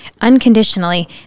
unconditionally